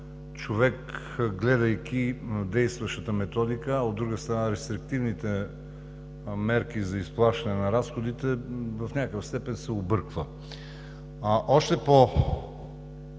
човек, гледайки действащата Методика, а от друга страна, рестриктивните мерки за изплащане на разходите, в някаква степен се обърква. Още